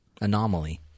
Anomaly